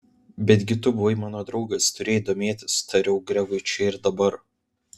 betgi tu buvai mano draugas turėjai domėtis tariau gregui čia ir dabar